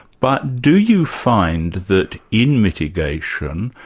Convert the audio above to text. but do you find that in mitigation,